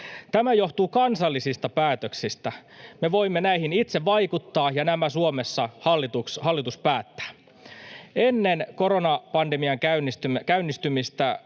Tämä johtuu kansallisista päätöksistä. Me voimme näihin itse vaikuttaa, ja nämä Suomessa hallitus päättää. Ennen koronapandemian käynnistymistä